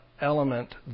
element